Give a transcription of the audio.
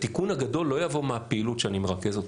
התיקון הגדול לא יבוא מהפעילות שאני מרכז אותה.